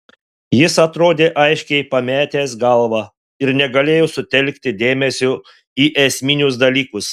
jis atrodė aiškiai pametęs galvą ir negalėjo sutelkti dėmesio į esminius dalykus